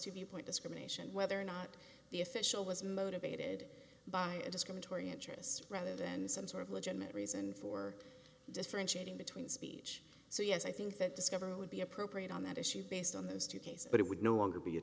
to the point discrimination whether or not the official was motivated by a discriminatory interest rather than some sort of legitimate reason for differentiating between speech so yes i think that discovery would be appropriate on that issue based on those two cases but it would no longer be a